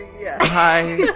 Hi